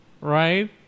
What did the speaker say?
right